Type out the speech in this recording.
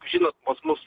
žinot pas mus